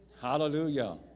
Hallelujah